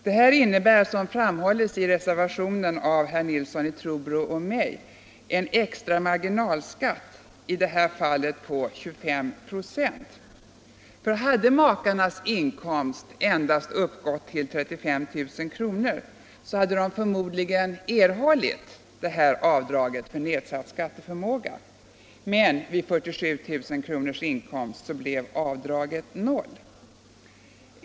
Detta innebär, som framhålles i reservationen av herr Nilsson i Trobro och mig, en extra marginalskatt, i detta fall på ca 25 96. Hade makarnas inkomst endast uppgått till 35 000 kr. hade de förmodligen erhållit avdraget för nedsatt skatteförmåga. Men vid en inkomst av 47000 kr. blev avdraget 0.